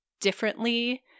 differently